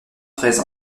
treize